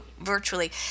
virtually